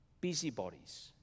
busybodies